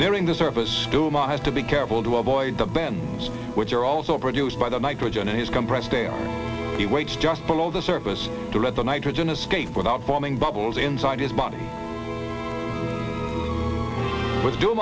during the service duma has to be careful to avoid the bans which are also produced by the nitrogen in his compressed air he wakes just below the surface to let the nitrogen escape without forming bubbles inside his body